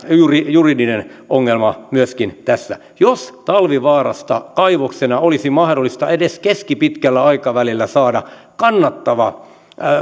juridinen ongelma myöskin tässä jos talvivaarasta kaivoksena olisi mahdollista edes keskipitkällä aikavälillä saada kannattava